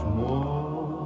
more